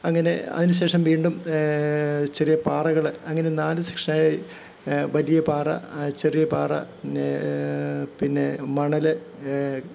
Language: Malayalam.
അങ്ങനെ അതിനു ശേഷം വീണ്ടും ചെറിയ പാറകൾ അങ്ങനെ നാലു സെക്ഷനായി വലിയ പാറ ചെറിയ പാറ പിന്നേ പിന്നെ മണൽ